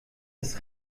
das